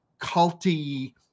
culty